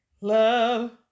love